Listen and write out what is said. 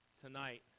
tonight